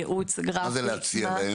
מה זה להציע?